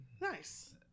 Nice